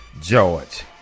george